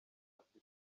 afite